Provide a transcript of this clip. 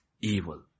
evil